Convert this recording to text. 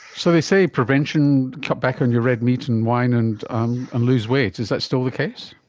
so they say prevention, cut back on your red meat and wine and um and lose weight, is that still the case?